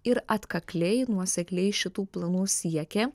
ir atkakliai nuosekliai šitų planų siekė